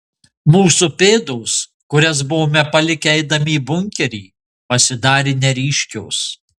mūsų pėdos kurias buvome palikę eidami į bunkerį pasidarė neryškios